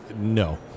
no